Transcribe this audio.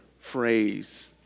phrase